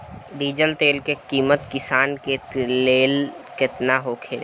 Diesel तेल के किमत किसान के लेल केतना होखे?